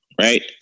Right